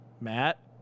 Matt